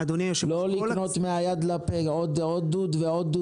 לא לקנות מהיד לפה עוד דוד ועוד דוד.